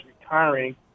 retiring